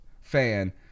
fan